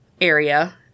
area